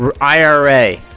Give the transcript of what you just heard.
IRA